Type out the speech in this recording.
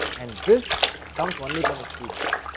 and this comes only from experience.